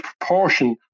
proportion